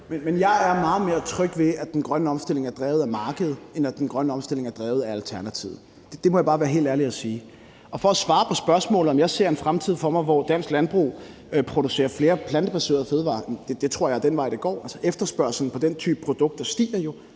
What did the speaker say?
(V): Jeg er meget mere tryg ved, at den grønne omstilling er drevet af markedet, end at den grønne omstilling er drevet af Alternativet. Det må jeg bare være helt ærlig at sige. For at svare på spørgsmålet, altså om jeg ser en fremtid for mig, hvor dansk landbrug producerer flere plantebaserede fødevarer, vil jeg sige, at det tror jeg er den vej det går. Efterspørgslen på den type produkter stiger jo,